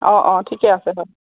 অঁ অঁ ঠিকে আছে বাৰু